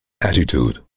attitude